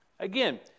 Again